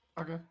Okay